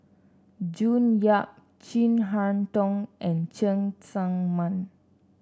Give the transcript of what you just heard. June Yap Chin Harn Tong and Cheng Tsang Man